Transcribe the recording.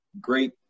great